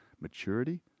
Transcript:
maturity